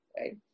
right